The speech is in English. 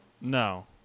No